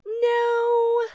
No